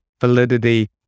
validity